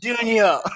Junior